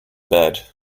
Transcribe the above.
bed